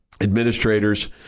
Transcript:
administrators